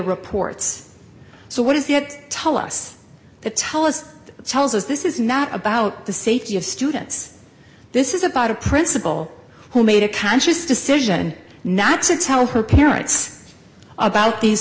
reports so what does that tell us that tell us tells us this is not about the safety of students this is about a principal who made a conscious decision not to tell her parents about these